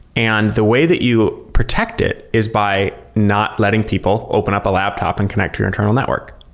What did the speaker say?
and the way that you protect it is by not letting people open up a laptop and connect to your internal network.